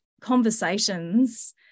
conversations